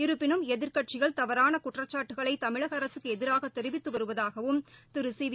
இருப்பினும் எதிர்க்கட்சிகள் தவறானகுற்றச்சாட்டுகளைதமிழகஅரசுக்குஎதிராகதெரிவித்துவருவதாகவும் சிவி